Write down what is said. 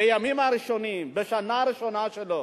בימים הראשונים, בשנה הראשונה שלו,